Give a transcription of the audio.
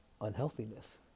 unhealthiness